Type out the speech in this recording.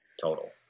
total